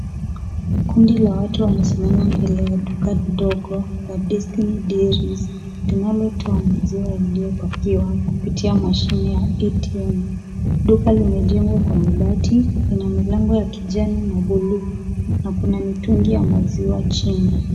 Kundi la watu wamesimama mbele ya duka dogo la Destiny Dairies inayotoa maziwa yaliyopakiwa kutumia mashine ya ATM. Jengo limejengwa na mabati, lina mlango wa kijani na buluu na kuna mitungi ya maziwa chini.